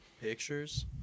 pictures